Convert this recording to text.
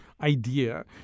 idea